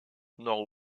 nord